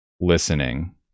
listening